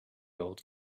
old